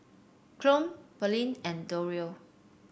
Claud Pearlene and Dario